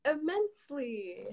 Immensely